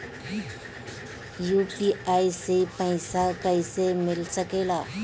UPI से पइसा कईसे मिल सके ला?